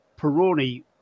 Peroni